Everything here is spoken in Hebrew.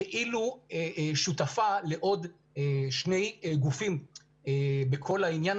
כאילו שותפה לעוד שני גופים בכל העניין